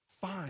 Fine